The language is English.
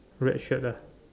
red shirt lah